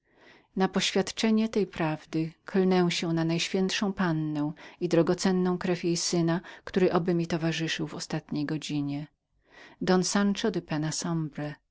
na poświadczenie tej prawdy klnę się najświętszą panną i drogocenną krwią jej syna który oby mi towarzyszył w ostatniej godzinie don sancho de penna sombre